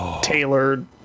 tailored